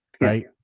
right